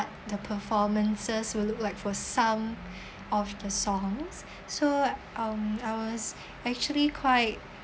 the performances will look like for some of the songs so um I was actually quite